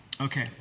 Okay